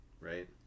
Right